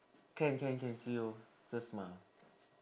can can can see you just smile